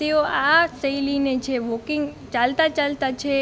તેઓ આ શૈલીને જે વોકિંગ ચાલતા ચાલતા જે